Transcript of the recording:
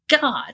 God